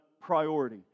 priority